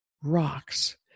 rocks